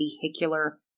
vehicular